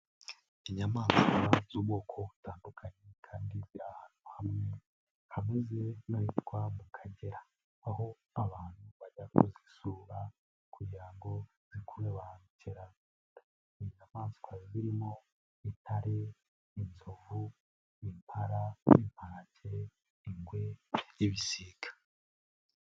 Inyamaswa z'ubwoko butandukanye kandi ziri ahantu hamwe hameze nk'ahitwa mu Kagera aho abantu bajya kuzisura kugira ngo zikurure ba mukerarugendo, ni inyamaswa zirimo intare, inzovu, impala, imparage, ingwe, ibisiga.